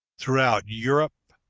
throughout europe,